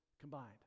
combined